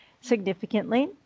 significantly